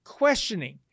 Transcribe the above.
questioning